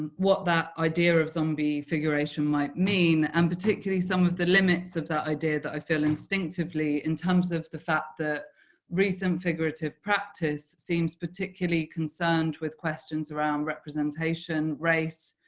and what that idea of zombie figuration might mean and particularly some of the limits of that idea that i feel instinctively in terms of the fact that recent figurative practice seems particularly concerned with questions around representation, race,